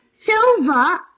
Silver